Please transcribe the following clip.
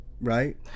right